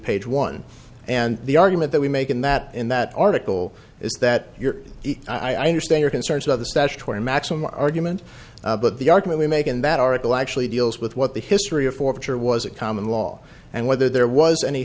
page one and the argument that we make in that in that article is that your i understand your concerns of the statutory maximum argument but the argument you make in that article actually deals with what the history of forfeiture was a common law and whether there was any